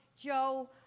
Joe